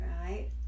right